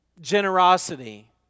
Generosity